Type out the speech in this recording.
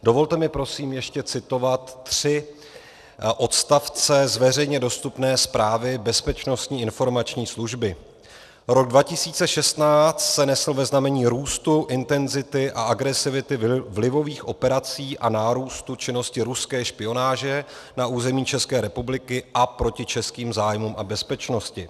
Dovolte mi prosím ještě citovat tři odstavce z veřejně dostupné zprávy Bezpečnostní informační služby: Rok 2016 se nesl ve znamení růstu intenzity a agresivity vlivových operací a nárůstu činnosti ruské špionáže na území České republiky a proti českým zájmům a bezpečnosti.